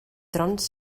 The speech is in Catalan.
trons